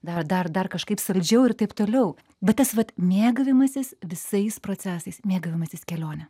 dar dar dar kažkaip saldžiau ir taip toliau bet tas vat mėgavimasis visais procesais mėgavimasis kelione